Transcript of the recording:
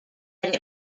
that